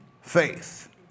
faith